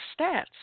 stats